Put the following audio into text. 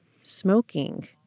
smoking